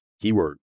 keyword